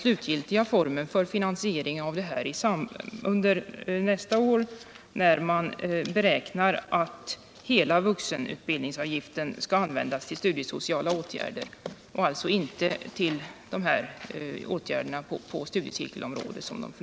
Enligt en anmälan från föredragande statsrådet förra året beräknade han att hela vuxenutbildningsavgiften från och med nästa år skall användas till studiesociala åtgärder och alltså inte till åtgärder på bl.a. studiecirkelområdet.